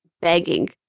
begging